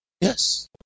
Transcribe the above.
Yes